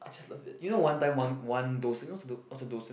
I just love it you know one time one one what's a